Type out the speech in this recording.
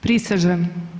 Prisežem.